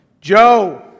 Joe